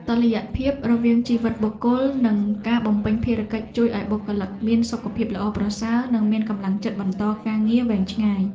តុល្យភាពរវាងជីវិតបុគ្គល និងការបំពេញភារកិច្ចជួយឱ្យបុគ្គលិកមានសុខភាពល្អប្រសើរនិងមានកម្លាំងចិត្តបន្តការងារវែងឆ្ងាយ។